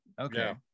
Okay